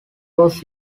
was